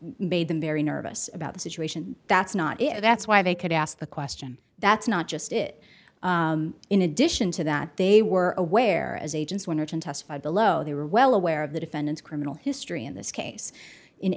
made them very nervous about the situation that's not that's why they could ask the question that's not just it in addition to that they were aware as agents winterton testified below they were well aware of the defendant's criminal history in this case in